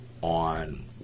On